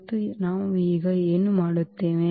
ಮತ್ತು ನಾವು ಈಗ ಏನು ಮಾಡುತ್ತೇವೆ